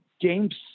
games